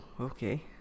okay